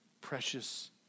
precious